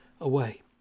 away